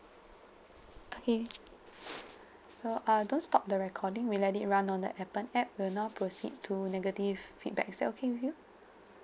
okay so uh don't stop the recording we let it run on the Appen app we'll now proceed to negative feedback is that okay with you